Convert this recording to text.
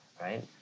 right